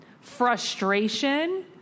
frustration